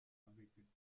erwecken